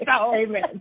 Amen